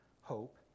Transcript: hope